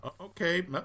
Okay